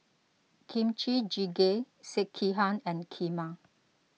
Kimchi Jjigae Sekihan and Kheema